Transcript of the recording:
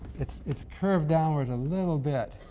it's it's curved downward a little bit,